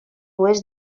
oest